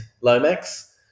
Lomax